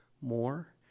more